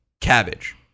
cabbage